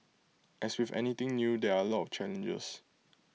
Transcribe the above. as with anything new there are A lot challenges